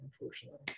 unfortunately